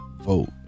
vote